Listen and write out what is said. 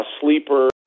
sleeper